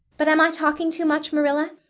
but am i talking too much, marilla?